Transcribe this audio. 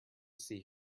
see